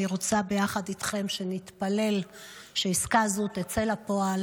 אני רוצה ביחד איתכם שנתפלל שעסקה זו תצא לפועל